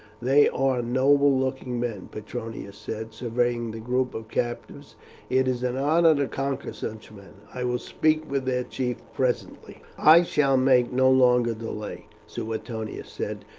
they are noble looking men, petronius said, surveying the group of captives it is an honour to conquer such men. i will speak with their chief presently. i shall make no longer delay, suetonius said.